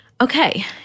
Okay